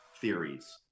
theories